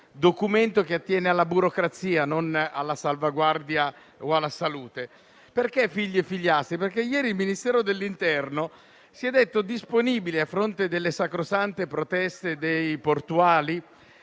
documento che attiene alla burocrazia e non alla salvaguardia della salute. Parlo di figli e figliastri perché ieri il Ministero dell'interno si è detto disponibile, a fronte delle sacrosante proteste dei portuali,